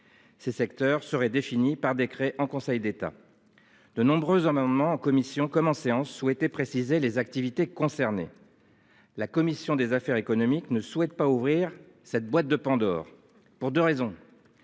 Ces secteurs seraient définies par décret en Conseil d'État. De nombreux au même moment, en commission comme en séance souhaité préciser les activités concernées. La commission des affaires économiques ne souhaite pas ouvrir cette boîte de Pandore pour 2 raisons.